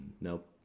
Nope